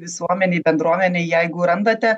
visuomenei bendruomenei jeigu randate